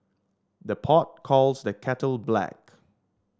the pot calls the kettle black